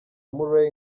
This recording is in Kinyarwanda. murray